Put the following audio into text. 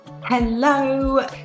hello